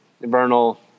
Vernal